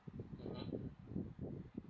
mmhmm